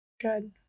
Good